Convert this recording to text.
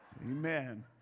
Amen